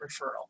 referral